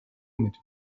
mit